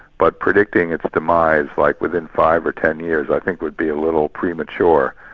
but predicting its demise like within five or ten years, i think would be a little premature.